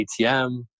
ATM